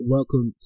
Welcome